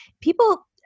people